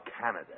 Canada